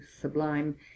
sublime